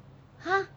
!huh!